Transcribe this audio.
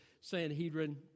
Sanhedrin